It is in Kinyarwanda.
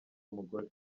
umugore